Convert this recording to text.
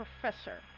professor